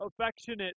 affectionate